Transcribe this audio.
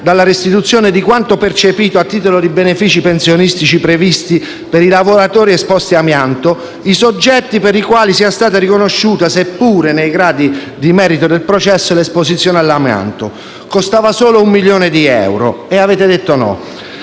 dalla restituzione di quanto percepito, a titolo di benefici pensionistici previsti per i lavoratori esposti all'amianto, i soggetti per i quali sia stata riconosciuta, seppure solo nei gradi di merito del processo, l'esposizione all'amianto. Costava un milione di euro ed avete detto no.